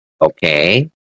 Okay